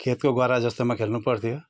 खेतको गह्रा जस्तोमा खेल्नु पर्थ्यो